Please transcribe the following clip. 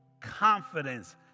confidence